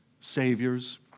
saviors